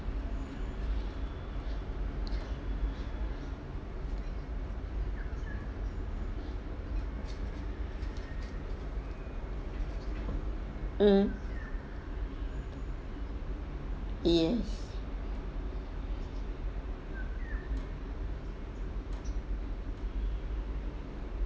um yes